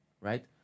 right